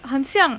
很像